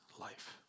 life